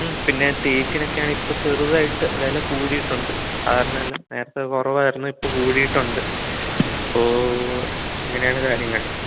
പിന്നെ തേക്കിനൊക്കെയാണേ ഇപ്പോൾ ചെറുതായിട്ട് വില കൂടിയിട്ടുണ്ട് കാരണമില്ല നേർത്തെ കുറവായിരുന്നു ഇപ്പോൾ കൂടിയിട്ടുണ്ട് അപ്പോൾ അങ്ങനെയാണ് കാര്യങ്ങൾ